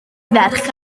ferch